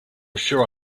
sure